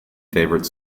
favorite